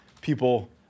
people